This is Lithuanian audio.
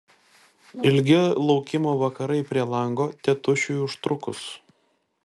ilgi laukimo vakarai prie lango tėtušiui užtrukus